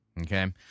Okay